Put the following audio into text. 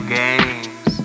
games